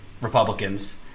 Republicans